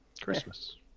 Christmas